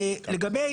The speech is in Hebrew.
לגבי